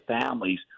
families